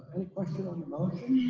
any questions on the motion?